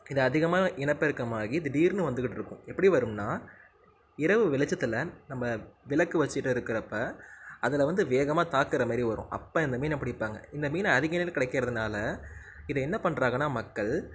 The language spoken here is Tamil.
இது அதிகமாக இனப்பெருக்கமாகி திடீர்னு வந்துகிட்டிருக்கும் எப்படி வரும்னால் இரவு வெளிச்சத்தில் நம்ம விளக்கு வச்சிகிட்டு இருக்கிறப்ப அதில் வந்து வேகமாக தாக்குறமாரி வரும் அப்போ இந்த மீனை பிடிப்பாங்க இந்த மீனை அருகினில் கிடைக்கிறதுனால இதை என்ன பண்றாங்கன்னா மக்கள்